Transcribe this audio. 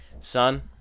son